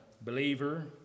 believer